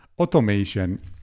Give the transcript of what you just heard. automation